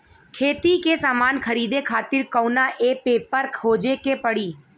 खेती के समान खरीदे खातिर कवना ऐपपर खोजे के पड़ी?